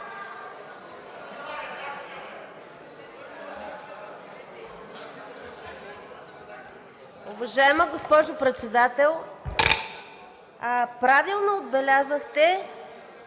Уважаема госпожо Председател, правилно отбелязахте